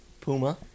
puma